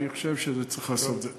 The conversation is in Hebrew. אני חושב שצריך לעשות את זה.